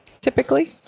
typically